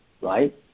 right